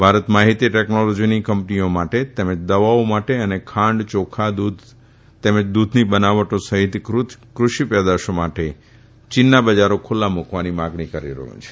ભારત માફીતી ટેકનોલોજીની કંપનીઓ માટે દવાઓ માટે અને ખાંડ ચોખા દુધ તેમજ દુધની બનાવટો સહિત ક્રષિ પેદાશો માટે ચીનના બજારો ખુલ્લા મુકવાની માંગણી કરી રહયું છે